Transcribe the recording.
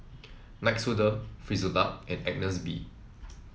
Nixoderm Frisolac and Agnes B